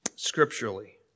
Scripturally